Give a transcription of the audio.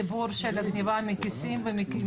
של הכייסות.